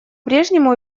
прежнему